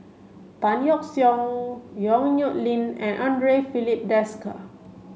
Tan Yeok Seong Yong Nyuk Lin and Andre Filipe Desker